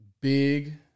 Big